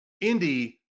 Indy